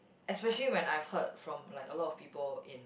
especially when I've heard from like a lot of people in